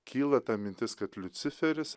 kyla ta mintis kad liuciferis